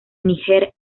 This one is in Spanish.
níger